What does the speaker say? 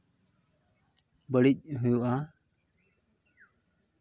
ᱵᱟᱹᱲᱤᱡ ᱦᱩᱭᱩᱜᱼᱟ